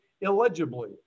illegibly